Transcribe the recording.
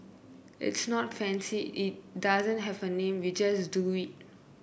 it's not fancy it doesn't have a name we just do it